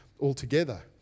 altogether